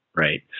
Right